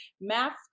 math